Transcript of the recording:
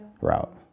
route